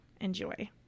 enjoy